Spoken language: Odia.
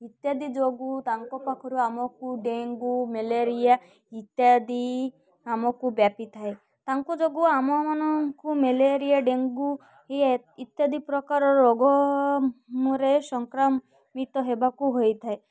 ଇତ୍ୟାଦି ଯୋଗୁଁ ତାଙ୍କ ପାଖରୁ ଆମକୁ ଡେଙ୍ଗୁ ମ୍ୟାଲେରିଆ ଇତ୍ୟାଦି ଆମକୁ ବ୍ୟାପି ଥାଏ ତାଙ୍କ ଯୋଗୁଁ ଆମମାନଙ୍କୁ ମ୍ୟାଲେରିଆ ଡେଙ୍ଗୁ ଇତ୍ୟାଦି ପ୍ରକାର ରୋଗରେ ସଂକ୍ରାମିତ ହେବାକୁ ହୋଇଥାଏ